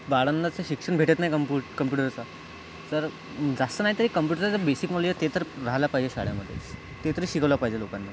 बाळांना ते शिक्षण भेटत नाही कम्पू कम्प्यूटरचं तर जास्त नाही तरी कम्प्यूटरचं बेसिक नॉलेज ते तर राहायला पाहिजे शाळेमध्ये ते तरी शिकवलं पाहिजे लोकांना